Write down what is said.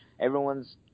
everyone's